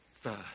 first